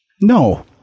No